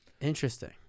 Interesting